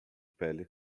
pele